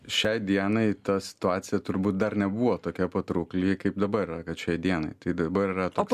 šiai dienai ta situacija turbūt dar nebuvo tokia patraukli kaip dabar yra kad šiai dienai tai dabar yra toks